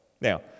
Now